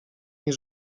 nie